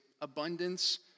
abundance